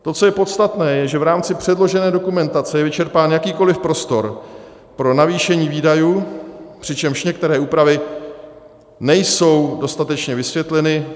To, co je podstatné, že v rámci předložené dokumentace je vyčerpán jakýkoliv prostor pro navýšení výdajů, přičemž některé úpravy nejsou dostatečně vysvětleny.